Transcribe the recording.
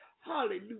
hallelujah